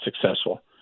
successful